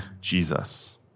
Jesus